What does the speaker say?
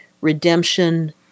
redemption